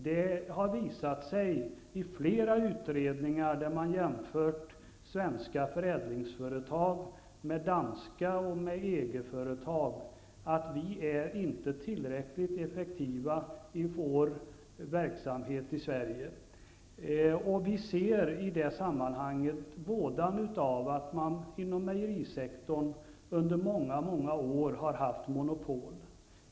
Det har i flera utredningar där man jämfört svenska förädlingsföretag med danska företag och med EG företag visat sig att vi i Sverige inte är tillräckligt effektiva i vår verksamhet. Vi ser i det sammanhanget vådan av att man inom mejerisektorn i Sverige har haft monopol i många, många år.